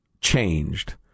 changed